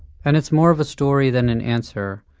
and it's more of a story than an answer,